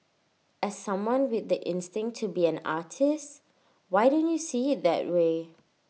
as someone with the instinct to be an artist why don't you see IT that way